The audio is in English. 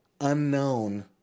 unknown